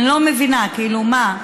אני לא מבינה: כאילו, מה,